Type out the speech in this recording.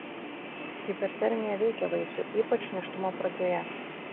hipertermija veikia vaisių ypač nėštumo pradžioje